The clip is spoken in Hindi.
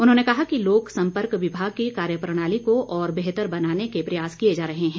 उन्होंने कहा कि लोकसंपर्क विभाग की कार्यप्रणाली को और बेहतर बनाने के प्रयास किए जा रहे हैं